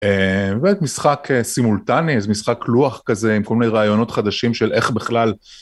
משחק סימולטני, איזה משחק לוח כזה עם כל מיני רעיונות חדשים של איך בכלל